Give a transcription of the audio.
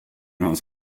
hans